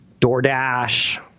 DoorDash